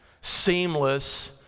seamless